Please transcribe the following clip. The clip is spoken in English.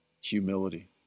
humility